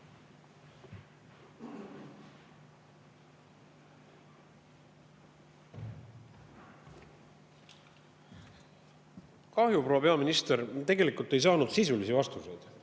Kahju, proua peaminister, et tegelikult ei saanud sisulisi vastuseid.